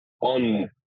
on